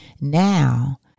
Now